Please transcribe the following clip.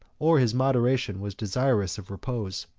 or his moderation was desirous of repose,